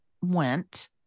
went